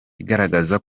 igaragaza